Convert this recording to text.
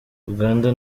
buganda